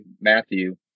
Matthew